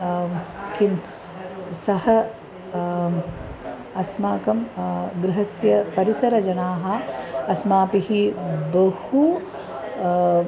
किं सः अस्माकं गृहस्य परिसरजनाः अस्माभिः बहु